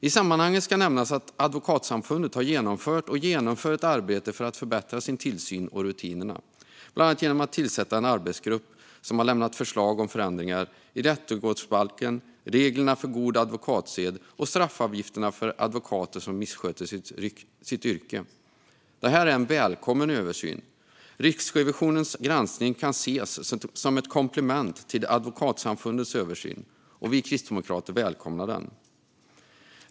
I sammanhanget ska nämnas att Advokatsamfundet har genomfört och genomför ett arbete för att förbättra tillsynen och rutinerna, bland annat genom att tillsätta en arbetsgrupp som har lämnat ett förslag om förändringar i rättegångsbalken, i reglerna för god advokatsed och i straffavgifterna för advokater som missköter sitt yrke. Detta är en välkommen översyn. Riksrevisionens granskning kan ses som ett komplement till Advokatsamfundets översyn, och vi kristdemokrater välkomnar den.